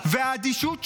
והאדישות שלכם,